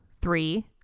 three